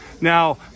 Now